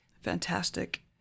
Fantastic